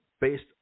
based